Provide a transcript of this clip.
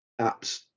apps